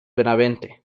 benavente